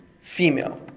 female